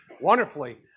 Wonderfully